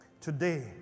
Today